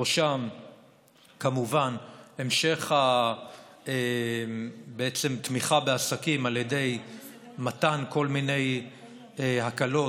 בראשם כמובן המשך תמיכה בעסקים על ידי מתן כל מיני הקלות,